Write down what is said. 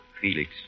Felix